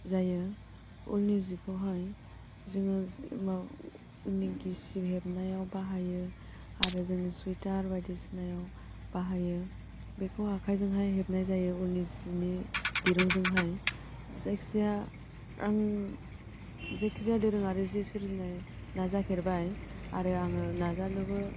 जायो उलनि जिखौहाय जोङो गिसिब हेबनायाव बाहायो आरो जों सुइथार बायदिसिनायाव बाहायो बेखौ आखाइजोंनो हेबनाय जायो उलनि सिनि दिरुंजोंहाय जायखिजाया आं जाखिजाया दोरोङारिसो सोरजिनो नाजाफेरबाय आरो आङो नाजानोबो